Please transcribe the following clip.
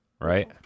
right